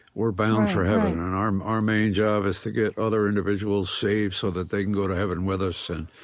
we're bound for heaven and our um our main job is to get other individuals saved so that they can go to heaven with us.